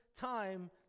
time